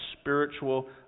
spiritual